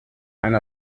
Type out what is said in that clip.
eine